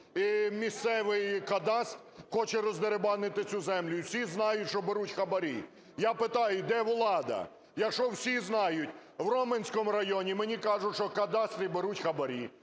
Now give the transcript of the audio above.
місцевий кадастр хоче роздерибанити цю землю. І всі знають, що беруть хабарі. Я питаю: де влада?! Якщо всі знають, в Роменському районі, мені кажуть, що кадастри беруть хабарі,